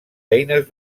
eines